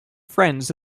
friends